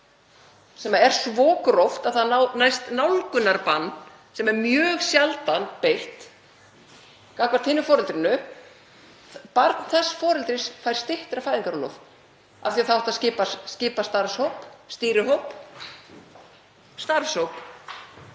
sem er svo gróft að það næst fram nálgunarbann, sem er mjög sjaldan beitt gagnvart hinu foreldrinu, barn þess foreldris fær styttra fæðingarorlof af því að það átti að skipa starfshóp, stýrihóp, starfshóp